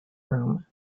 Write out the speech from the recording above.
room